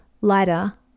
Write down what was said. lighter